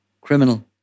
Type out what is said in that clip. criminal